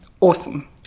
Awesome